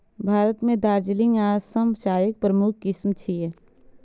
भारत मे दार्जिलिंग आ असम चायक प्रमुख किस्म छियै